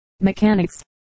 mechanics